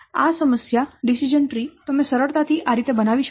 આ સમસ્યા decision tree તમે સરળતાથી આ રીતે બનાવી શકો છો